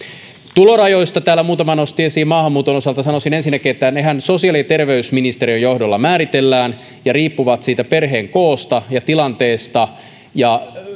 tulorajat täällä muutama nosti esiin maahanmuuton osalta sanoisin ensinnäkin että nehän määritellään sosiaali ja terveysministeriön johdolla ja riippuvat siitä perheen koosta ja tilanteesta ja